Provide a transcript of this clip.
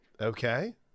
Okay